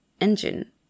engine